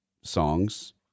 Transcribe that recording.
songs